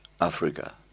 Africa